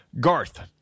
Garth